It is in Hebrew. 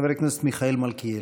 חבר הכנסת מיכאל מלכיאלי.